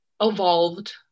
evolved